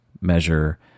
measure